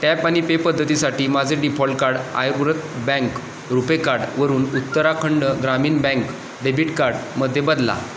tap आणि pay पद्धतीसाठी माझे default card Aryavrat bank RuPay काडवरून उत्तराखंड ग्रामीण बँक डेबिट कार्डमध्ये बदला